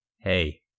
Hey